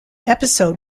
episode